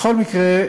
בכל מקרה,